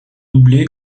doublé